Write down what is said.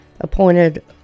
appointed